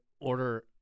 order